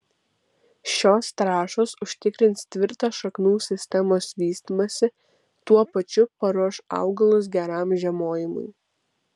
šios trąšos užtikrins tvirtą šaknų sistemos vystymąsi tuo pačiu paruoš augalus geram žiemojimui